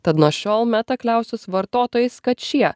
tad nuo šiol meta kliausis vartotojais kad šie